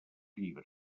llibre